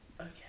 Okay